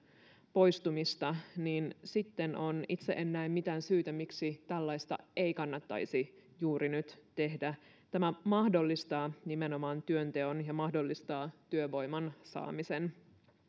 poistumista niin sitten se on itse en näe mitään syytä miksi tällaista ei kannattaisi juuri nyt tehdä tämä mahdollistaa nimenomaan työnteon ja mahdollistaa työvoiman saamisen